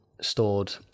stored